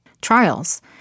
trials